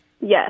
yes